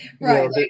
right